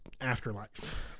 afterlife